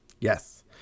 yes